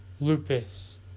Lupus